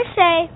say